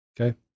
okay